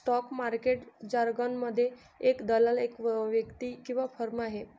stock market जारगनमध्ये, एक दलाल एक व्यक्ती किंवा फर्म आहे